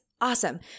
awesome